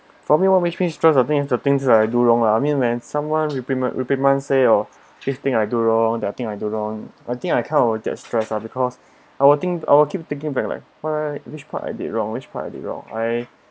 for me what makes me stress are thing the things that I do wrong lah I mean when someone repeating repeating say oh this thing I do wrong that thing I do wrong I think I kind of get stressed lah because I will think I will keep thinking bad like why which part I did wrong which part I did wrong I